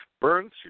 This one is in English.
Burns